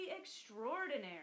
extraordinary